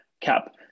cap